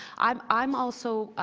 i'm i'm also